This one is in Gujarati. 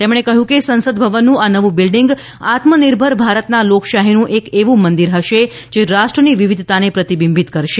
તેમણે કહ્યું કે સંસદ ભવનનું આ નવું બિલ્ડીંગ આત્મનિર્ભર ભારતના લોકશાહીનું એક એવું મંદિર હશે જે રાષ્ટ્રની વિવિધતાને પ્રતિબિંબિત કરશે